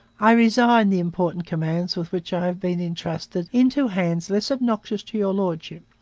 i resign the important commands with which i have been entrusted into hands less obnoxious to your lordship.